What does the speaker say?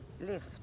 lift